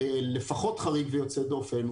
לפחות חריג ויוצא דופן,